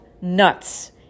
nuts